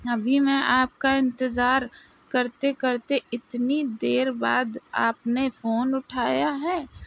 ابھی میں آپ کا انتظار کرتے کرتے اتنی دیر بعد آپ نے فون اٹھایا ہے